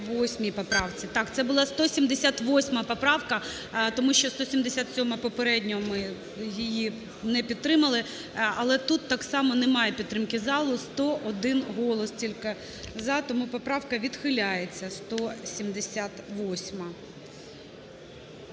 це була 178 поправка, тому що 177-а попередньо ми її не підтримали. Але тут так само немає підтримки залу, 101 голос тільки "за". Тому поправка відхиляється, 178-а.